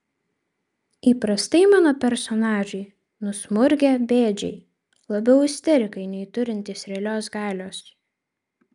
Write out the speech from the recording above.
įprastai mano personažai nusmurgę bėdžiai labiau isterikai nei turintys realios galios